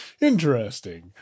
interesting